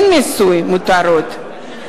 אין מיסוי מותרות,